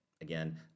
Again